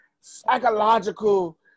psychological